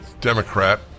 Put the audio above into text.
Democrat